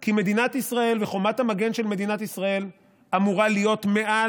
כי מדינת ישראל וחומת המגן של מדינת ישראל אמורות להיות מעל